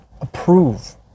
approve